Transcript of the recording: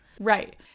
Right